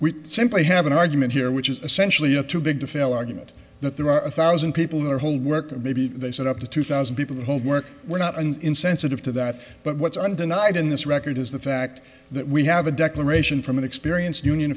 we simply have an argument here which is essentially a too big to fail argument that there are a thousand people who are homework maybe they said up to two thousand people homework we're not and insensitive to that but what's undenied in this record is the fact that we have a declaration from an experienced union